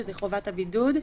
שזה חובת הבידוד,